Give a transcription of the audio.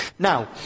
Now